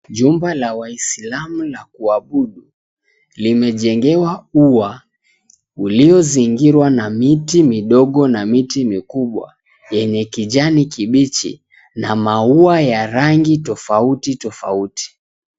Jumba la waisilamu la kuabudu, limejengewa ua, uliozingiriwa na miti midogo na miti mikubwa yenye kijani kibichi na maua ya rangi tofauti tofauti.